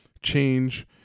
change